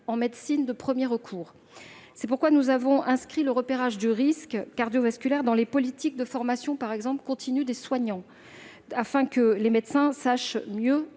en médecine de premier recours. Ainsi, nous avons inscrit le repérage du risque cardiovasculaire dans les politiques de formation continue des soignants, afin que les médecins sachent mieux